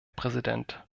präsident